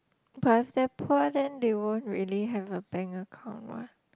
but if they're poor then they won't really have a bank account what